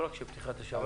לא רק של פתיחת השמיים,